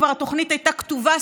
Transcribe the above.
כבר התוכנית הייתה כתובה,